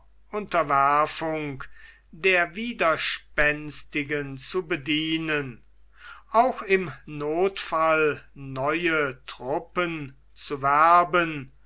unterwerfung der widerspänstigen zu bedienen auch im nothfall neue truppen zu werben